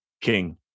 King